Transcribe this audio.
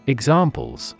Examples